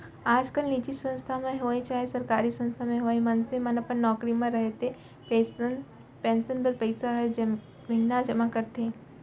आजकाल निजी संस्था म होवय चाहे सरकारी संस्था म होवय मनसे मन अपन नौकरी म रहते पेंसन बर पइसा हर महिना जमा करथे